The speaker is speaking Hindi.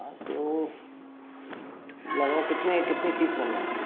हाँ तो लगभग कितने कितने फीस बनना है